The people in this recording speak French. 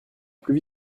plus